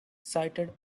cited